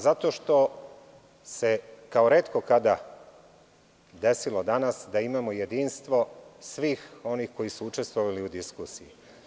Zato što se, kao retko kada, desilo danas da imamo jedinstvo svih onih koji su učestvovali u diskusiji.